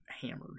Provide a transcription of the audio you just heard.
hammered